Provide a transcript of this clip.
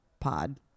Pod